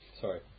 Sorry